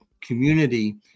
community